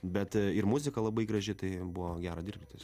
bet ir muzika labai graži tai buvo gera dirbti